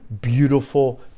beautiful